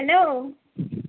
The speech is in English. hello